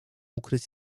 ukryć